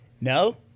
No